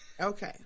Okay